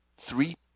Three